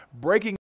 breaking